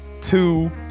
Two